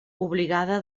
obligada